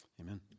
amen